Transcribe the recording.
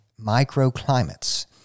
microclimates